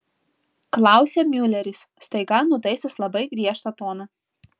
klausia miuleris staiga nutaisęs labai griežtą toną